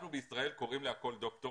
אנחנו בישראל קוראים לכל דוקטור